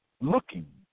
looking